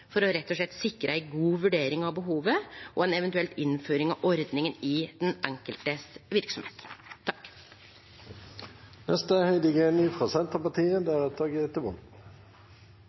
rett og slett å sikre ei god vurdering av behovet og ei eventuell innføring av ordninga i den enkelte